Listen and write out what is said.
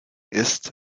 ist